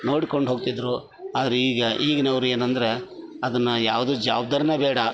ನೋಡಿಕೊಂಡು ಹೋಗ್ತಿದ್ದರು ಆದರೆ ಈಗ ಈಗಿನವ್ರು ಏನಂದ್ರೆ ಅದನ್ನು ಯಾವುದು ಜವಾಬ್ದಾರಿನೆ ಬೇಡ